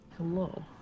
Hello